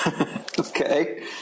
Okay